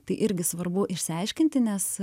tai irgi svarbu išsiaiškinti nes